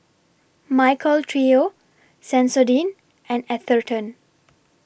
Michael Trio Sensodyne and Atherton